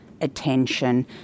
attention